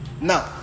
Now